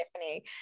Stephanie